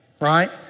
right